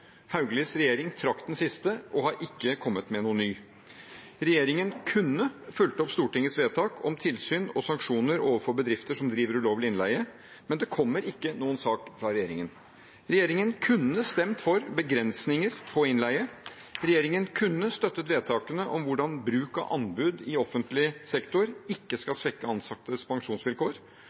i regjering tre konkrete handlingsplaner mot sosial dumping. Denne regjeringen statsråd Hauglie er en del av, trakk den siste og har ikke kommet med noen ny. Regjeringen kunne fulgt opp Stortingets vedtak om tilsyn og sanksjoner overfor bedrifter som driver ulovlig innleie, men det kommer ikke noen sak fra regjeringen. Regjeringen kunne stemt for begrensninger på innleie. Regjeringen kunne støttet vedtakene om hvordan bruk av anbud i offentlig sektor ikke